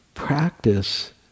practice